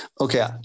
Okay